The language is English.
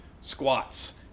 squats